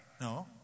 No